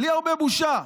בלי הרבה בושה.